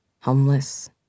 homeless